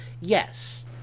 Yes